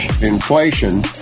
Inflation